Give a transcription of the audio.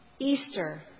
Easter